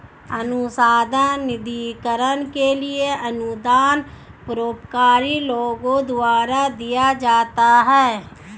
अनुसंधान निधिकरण के लिए अनुदान परोपकारी लोगों द्वारा दिया जाता है